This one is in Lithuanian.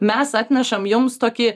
mes atnešam jums tokį